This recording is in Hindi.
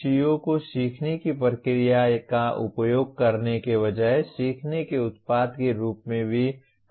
CO को सीखने की प्रक्रिया का उपयोग करने के बजाय सीखने के उत्पाद के रूप में भी कहा जाना चाहिए